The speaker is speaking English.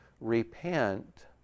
Repent